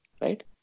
right